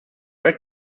red